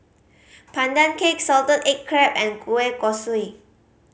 Pandan Cake salted egg crab and kueh kosui